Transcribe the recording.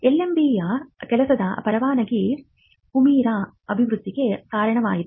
LMB ಯ ಕೆಲಸದ ಪರವಾನಗಿ ಹುಮಿರಾ ಅಭಿವೃದ್ಧಿಗೆ ಕಾರಣವಾಯಿತು